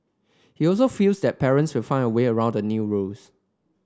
he also feels that parents will find a way around the new rules